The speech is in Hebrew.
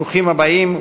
ברוכים הבאים.